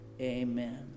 amen